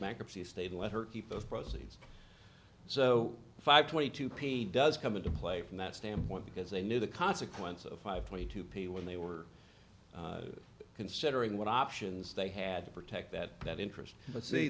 bankruptcy state let her keep those proceeds so five twenty two page does come into play from that standpoint because they knew the consequence of five twenty two people when they were considering what options they had to protect that that interest but see